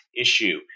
issue